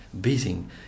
beating